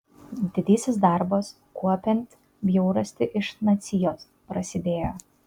didysis darbas kuopiant bjaurastį iš nacijos prasidėjo